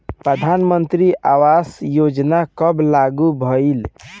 प्रधानमंत्री आवास योजना कब लागू भइल?